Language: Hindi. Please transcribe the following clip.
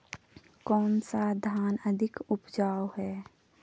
कौन सा धान अधिक उपजाऊ है?